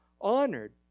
honored